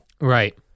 Right